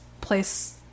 place